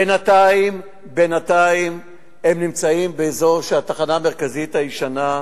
בינתיים הם נמצאים באזור של התחנה המרכזית הישנה,